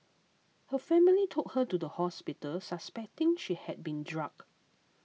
her family took her to the hospital suspecting she had been drugged